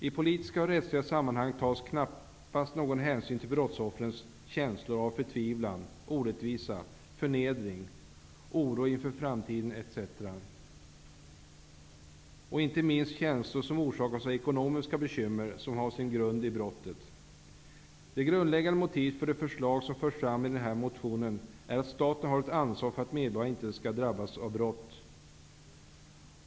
I politiska och rättsliga sammanhang tas knappast någon hänsyn till brottsoffrens känslor av förtvivlan, orättvisa, förnedring, oro inför framtiden etc., inte minst känslor som orsakas av ekonomiska bekymmer som har sin grund i brottet. Det grundläggande motivet för det förslag som förs fram i motion Ju220 är att staten har ett ansvar för att medborgarna inte skall drabbas av brott.